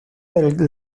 del